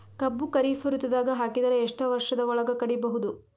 ಕಬ್ಬು ಖರೀಫ್ ಋತುದಾಗ ಹಾಕಿದರ ಎಷ್ಟ ವರ್ಷದ ಒಳಗ ಕಡಿಬಹುದು?